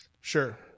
Sure